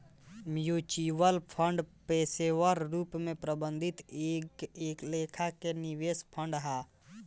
mutual fund पेशेवर रूप से प्रबंधित एक लेखा के निवेश फंड हा